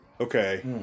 Okay